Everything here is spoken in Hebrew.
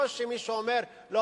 לא שמישהו אומר: לא,